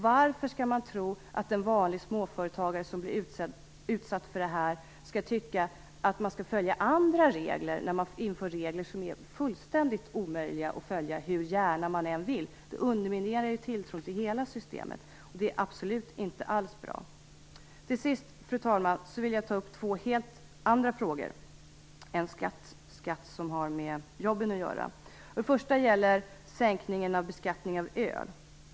Varför tror man att en vanlig småföretagare som blir utsatt för det här skall tycka att han skall följa andra regler när det införs regler som är fullständigt omöjliga att följa hur gärna man än vill. Det underminerar tilltron till hela systemet. Det är absolut inte bra. Till sist, fru talman, vill jag ta upp två helt andra frågor än skatt som har med jobben att göra. Den första frågan gäller sänkningen av skatten på öl.